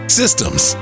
systems